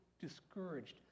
discouraged